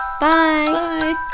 Bye